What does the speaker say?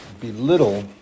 belittle